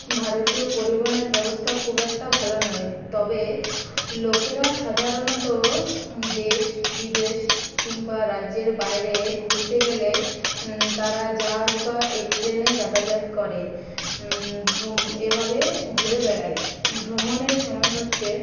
ভারতীয় পরিবহণের ব্যবস্থা খুব একটা ভালো নয় তবে লোকেরা সাধারণত দেশ বিদেশ কিংবা রাজ্যের বাইরে ঘুরতে গেলে তারা জাহাজ বা এরোপ্লেনে যাতায়াত করে এভাবে ঘুরে বেড়ায় ভ্রমণের সময় হচ্ছে